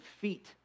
feet